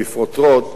בפרוטרוט,